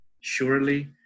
Surely